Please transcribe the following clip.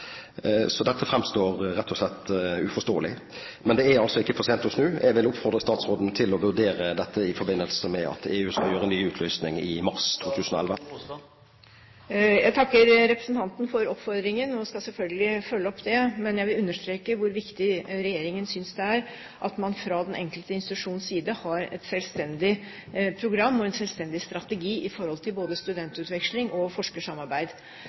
Så dette framstår rett og slett som uforståelig. Men det er altså ikke for sent å snu. Jeg vil oppfordre statsråden til å vurdere dette i forbindelse med at EU skal gjøre en ny utlysning i mars 2011. Jeg takker representanten for oppfordringen og skal selvfølgelig følge opp det. Men jeg vil understreke hvor viktig regjeringen synes det er at man fra den enkelte institusjons side har et selvstendig program og en selvstendig strategi i forhold til både studentutveksling og forskersamarbeid.